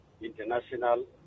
International